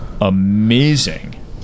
amazing